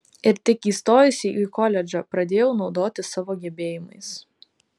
ir tik įstojusi į koledžą pradėjau naudotis savo gebėjimais